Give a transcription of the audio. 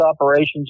operations